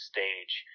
Stage